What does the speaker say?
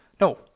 No